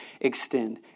extend